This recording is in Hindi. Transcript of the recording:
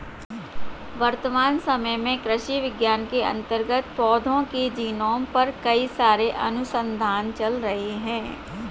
वर्तमान समय में कृषि विज्ञान के अंतर्गत पौधों के जीनोम पर कई सारे अनुसंधान चल रहे हैं